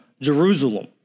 Jerusalem